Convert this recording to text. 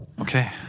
Okay